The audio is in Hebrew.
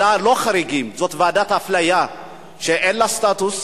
זו לא ועדת חריגים, זו ועדת אפליה שאין לה סטטוס,